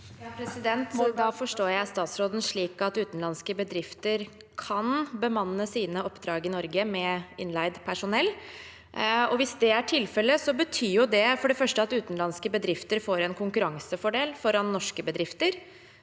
(H) Da forstår jeg statsrå- den slik at utenlandske bedrifter kan bemanne sine oppdrag i Norge med innleid personell. Hvis det er tilfelle, betyr det for det første at utenlandske bedrifter får en konkurransefordel foran norske bedrifter,